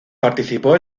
participó